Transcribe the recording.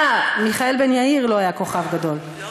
אה, מיכאל בן יאיר לא היה כוכב גדול.